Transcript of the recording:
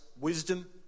wisdom